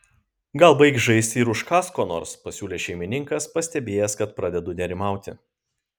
gal baik žaisti ir užkąsk ko nors pasiūlė šeimininkas pastebėjęs kad pradedu nerimauti